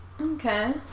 Okay